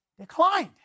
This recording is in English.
Declined